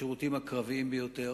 בשירותים הקרביים ביותר.